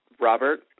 Robert